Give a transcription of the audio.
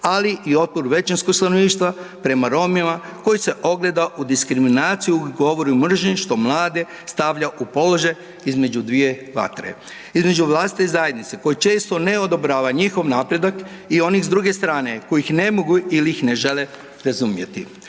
ali i otpor većinskog stanovništva prema Romima koji se ogleda u diskriminaciji, govoru i mržnji što mlade stavlja u položaj između dvije vatre između vlastite zajednice koja često ne odobrava njihov napredak i onih s druge strane koji ih ne mogu ili ih ne žele razumjeti.